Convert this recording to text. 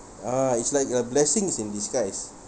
a'ah it's like a blessing in disguise